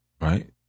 right